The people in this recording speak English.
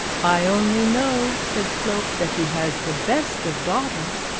i only know said slope, that he has the best of daughters.